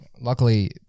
Luckily